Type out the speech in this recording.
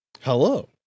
Hello